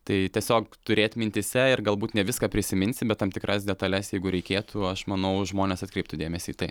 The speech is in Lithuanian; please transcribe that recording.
tai tiesiog turėt mintyse ir galbūt ne viską prisiminsi bet tam tikras detales jeigu reikėtų aš manau žmonės atkreiptų dėmesį į tai